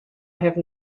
have